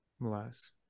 less